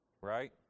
right